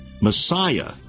Messiah